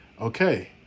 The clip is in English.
okay